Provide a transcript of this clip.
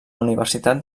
universitat